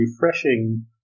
refreshing